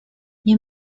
nie